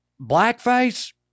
blackface